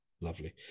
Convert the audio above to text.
Lovely